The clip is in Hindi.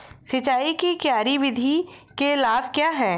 सिंचाई की क्यारी विधि के लाभ क्या हैं?